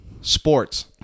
Sports